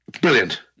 Brilliant